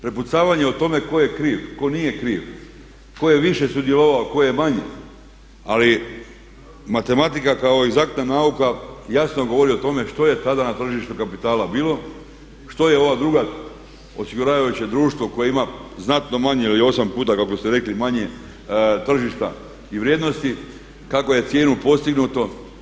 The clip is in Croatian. Prepucavanje o tome tko je kriv, tko nije kriv, tko je više sudjelovalo, ko je manje ali matematika kao egzaktna nauka jasno govorio o tome što je tada na tržištu kapitala bilo, što je ovo drugo osiguravajuće društvo koje ima znatno manje ili osam puta kako ste rekli manje tržišta i vrijednosti, kakvu je cijenu postiglo?